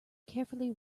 carefully